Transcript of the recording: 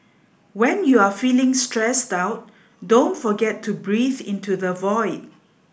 when you are feeling stressed out don't forget to breathe into the void